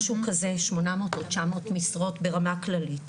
משהו כזה 800 או 900 משרות ברמה כללית,